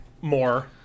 more